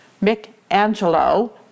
Michelangelo